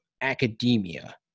academia